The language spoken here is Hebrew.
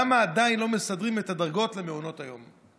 למה עדיין לא מסדרים את הדרגות למעונות היום?